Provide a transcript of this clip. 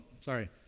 sorry